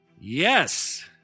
yes